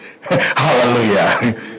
Hallelujah